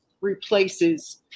replaces